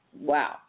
Wow